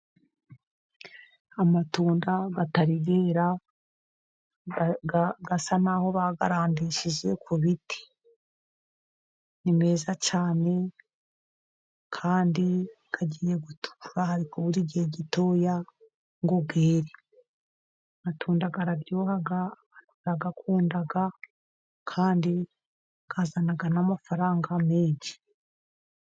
Amatunda atari yera asa naho bayarandishije ku biti. Ni meza cyane kandi agiye gutukura, hari kubura igihe gitoya ngo yere. Amatunda araryoha barayakunda, kandi azana n'amafaranga menshi.